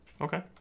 Okay